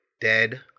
dead